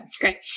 Great